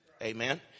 amen